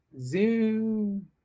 Zoom